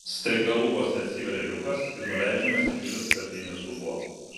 staiga lubose atsiveria liukas ir nuleidžiamas didžiulis skardinis dubuo